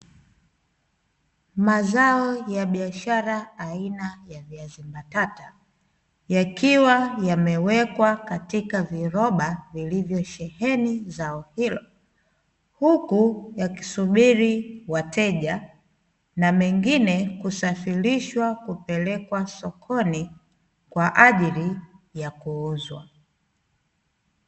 Mazao ya biashara aina ya viazi mbatata yakiwa yamewekwa katika viroba vilivyosheheni zao hilo, huku yakisubiri wateja na mengine kusafirishwa kupelekwa sokoni kwa ajili ya kuuzwa.